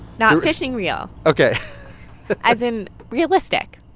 not fishing reel ok as in realistic,